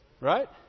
Right